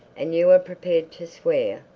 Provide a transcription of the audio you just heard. and you are prepared to swear,